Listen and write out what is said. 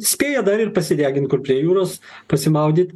spėja dar ir pasidegint kur prie jūros pasimaudyt